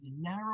narrow